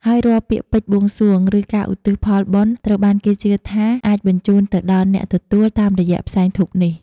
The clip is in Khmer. ហើយរាល់ពាក្យពេចន៍បួងសួង ឬការឧទ្ទិសផលបុណ្យ ត្រូវបានគេជឿថាអាច បញ្ជូនទៅដល់អ្នកទទួល តាមរយៈផ្សែងធូបនេះ។